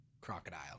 Crocodile